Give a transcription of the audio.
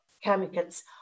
chemicals